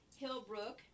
Hillbrook